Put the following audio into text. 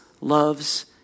loves